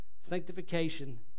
Sanctification